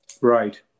Right